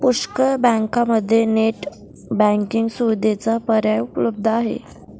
पुष्कळ बँकांमध्ये net banking सुविधेचा पर्याय उपलब्ध आहे